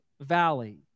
valley